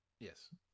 Yes